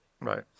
Right